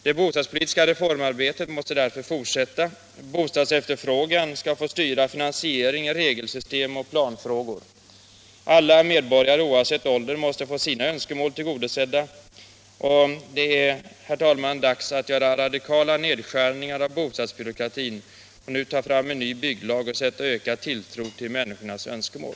Det bostadspolitiska reformarbetet måste därför fortsätta. Bostadsefterfrågan skall få styra regelsystem och planfrågor. Alla medborgare oavsett ålder måste få sina önskemål tillgodosedda. Det är dessutom dags att göra radikala nedskärningar av bostadsbyråkratin, att ta fram en ny bygglag och att sätta ökad tilltro till människornas önskemål.